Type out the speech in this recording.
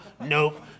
nope